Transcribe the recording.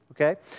okay